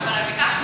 אבל ביקשתי.